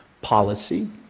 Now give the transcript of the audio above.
Policy